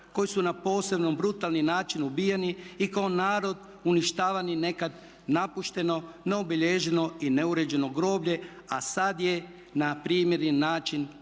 koji su na posebno brutalni način ubijeni i kao narod uništavani na nekad napušteno, neobilježeno i neuređeno groblje a sada je na primjeren način uređeno